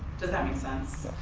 does that make sense?